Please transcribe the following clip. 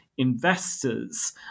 Investors